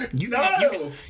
No